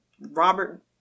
Robert